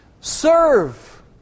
Serve